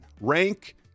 rank